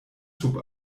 sub